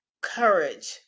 courage